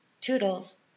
toodles